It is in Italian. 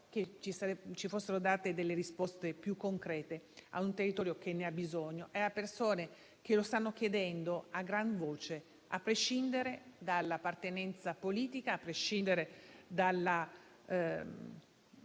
che fossero date delle risposte più concrete a un territorio che ne ha bisogno e a persone che lo stanno chiedendo a gran voce, a prescindere dalla appartenenza politica e dalla